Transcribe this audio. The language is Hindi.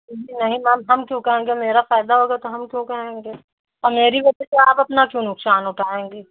नहीं मैम हम क्यों कहेंगे मेरा फायदा होगा तो हम क्यों कहेंगे आ मेरी वजह से आप अपना क्यों नुकसान उठाएंगी